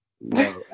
No